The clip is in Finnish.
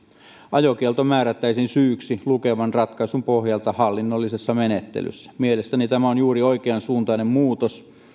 ajokielto määrättäisiin syyksi lukevan ratkaisun pohjalta hallinnollisessa menettelyssä mielestäni tämä on juuri oikeansuuntainen muutos